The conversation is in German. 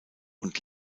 und